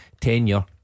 Tenure